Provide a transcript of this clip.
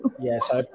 Yes